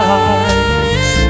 eyes